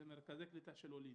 של עולים.